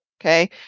Okay